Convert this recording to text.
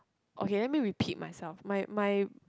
okay let me repeat myself my my